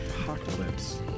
Apocalypse